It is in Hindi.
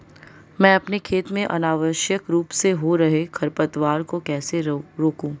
मैं अपने खेत में अनावश्यक रूप से हो रहे खरपतवार को कैसे रोकूं?